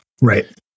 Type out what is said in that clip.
Right